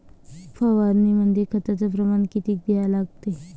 फवारनीमंदी खताचं प्रमान किती घ्या लागते?